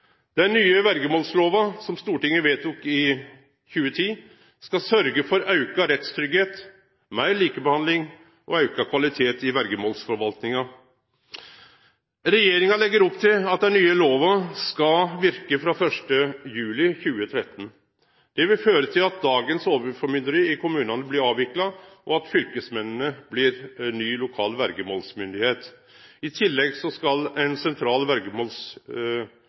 Den nye verjemålslova, som Stortinget vedtok i 2010, skal sørgje for auka rettstryggleik, meir likebehandling og auka kvalitet i verjemålsforvaltinga. Regjeringa legg opp til at den nye lova skal verke frå 1. juli 2013. Det vil føre til at dagens overformynderi i kommunane blir avvikla, og at fylkesmennene blir ny lokal verjemålsmyndigheit. I tillegg skal ei sentral